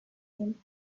him